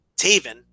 Taven